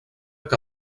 que